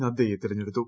നദ്ദയെ തെരഞ്ഞെടുത്തു